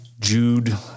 Jude